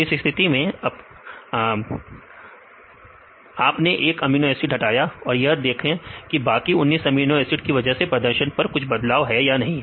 तो इस स्थिति में आपने एक अमीनो एसिड हटाया और यह देखें कि बाकी 19 अमीनो एसिड की वजह से प्रदर्शन पर कुछ बदलाव है या नहीं